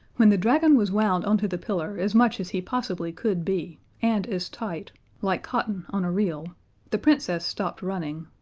when the dragon was wound onto the pillar as much as he possibly could be, and as tight like cotton on a reel the princess stopped running,